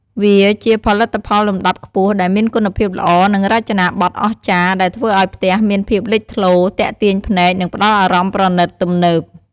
វាជាផលិតផលលំដាប់ខ្ពស់ ដែលមានគុណភាពល្អ និងរចនាបថអស្ចារ្យ ដែលធ្វើឱ្យផ្ទះមានភាពលេចធ្លោ ទាក់ទាញភ្នែក និងផ្តល់អារម្មណ៍ប្រណិត ទំនើប ។